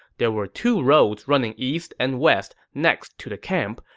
there were two roads running east and west next to the camp,